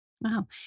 Wow